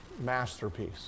masterpiece